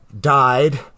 died